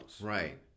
Right